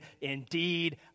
Indeed